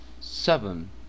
Seven